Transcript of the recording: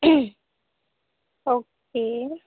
okay